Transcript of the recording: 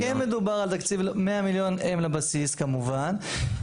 ה-100 מיליון הם לבסיס כמובן,